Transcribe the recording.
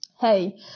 hey